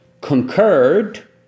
concurred